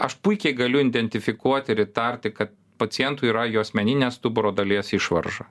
aš puikiai galiu identifikuoti ir įtarti ka pacientui yra juosmeninės stuburo dalies išvarža